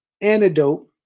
antidote